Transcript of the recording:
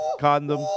condom